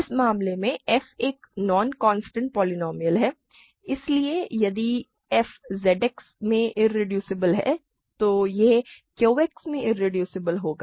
इस मामले में f एक नॉन कांस्टेंट पोलीनोमिअल है इसलिए यदि f Z X में इरेड्यूसेबल है तो यह Q X में इरेड्यूसेबल होगा